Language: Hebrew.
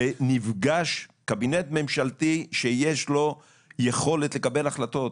קבינט ממשלתי שיש לו יכולת לקבל החלטות,